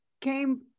came